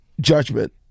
judgment